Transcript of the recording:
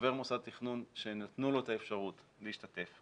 לחבר מוסד תכנון שנתנו לו את האפשרות להשתתף,